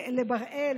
לבראל,